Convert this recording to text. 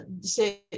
say